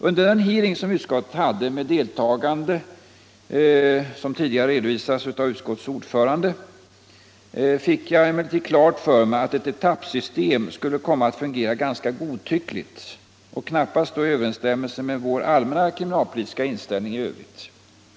Under den hearing som utskottet hade med det deltagande som utskottets ordförande tidigare har redovisat fick jag emellertid klart för mig att ett etappsystem skulle komma att fungera ganska godtyckligt och knappast stå i överensstämmelse med vår allmänna kriminalpolitiska inställning i övrigt.